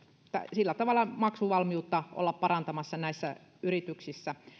sillä tavalla olemaan maksuvalmiutta parantamassa näissä yrityksissä